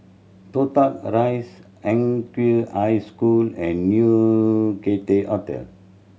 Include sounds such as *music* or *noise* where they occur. Toh Tuck Rise *unintelligible* High School and New Cathay Hotel